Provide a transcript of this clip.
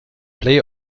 play